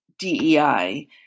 DEI